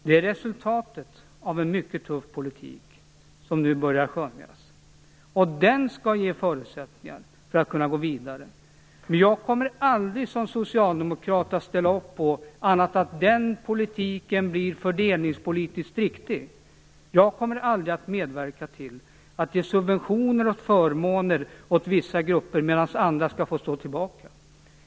Det är resultatet av en mycket tuff politik som nu börjar skönjas. Den skall ge förutsättningar för att kunna gå vidare. Men jag kommer aldrig som socialdemokrat att ställa upp på annat än att den politiken blir fördelningspolitiskt riktig. Jag kommer aldrig att medverka till att ge subventioner och förmåner åt vissa grupper medan andra skall få stå tillbaka.